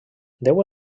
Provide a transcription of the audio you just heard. deu